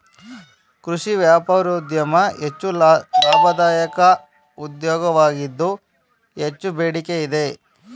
ಕೃಷಿ ವ್ಯಾಪಾರೋದ್ಯಮ ಹೆಚ್ಚು ಲಾಭದಾಯಕ ಉದ್ಯೋಗವಾಗಿದ್ದು ಹೆಚ್ಚು ಬೇಡಿಕೆ ಇದೆ